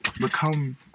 become